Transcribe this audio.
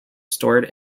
stored